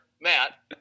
Matt